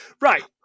right